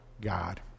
God